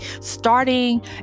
starting